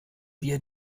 wir